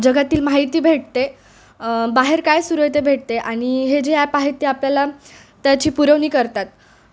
जगातील माहिती भेटते बाहेर काय सुरु आहे ते भेटते आणि हे जे ॲप आहेत ते आपल्याला त्याची पुरवणी करतात